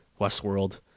Westworld